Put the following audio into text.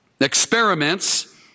experiments